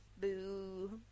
boo